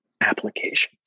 applications